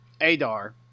Adar